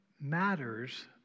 matters